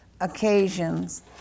occasions